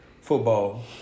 football